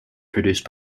produced